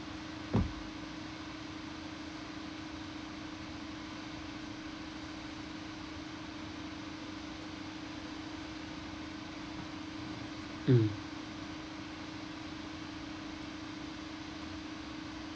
mm